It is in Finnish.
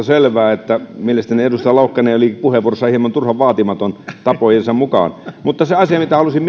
selvää mielestäni edustaja laukkanen oli puheenvuorossaan hieman turhan vaatimaton tapojensa mukaan mutta se asia mitä halusin